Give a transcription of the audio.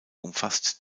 umfasst